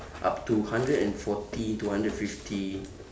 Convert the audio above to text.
up to hundred and forty to hundred fifty